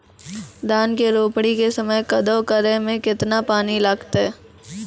धान के रोपणी के समय कदौ करै मे केतना पानी लागतै?